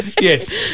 yes